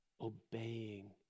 obeying